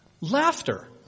laughter